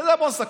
בוא נסכם.